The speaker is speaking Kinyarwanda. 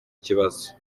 kibazo